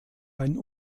ein